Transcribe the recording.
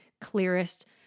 clearest